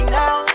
now